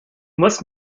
must